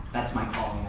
that's my call,